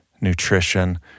nutrition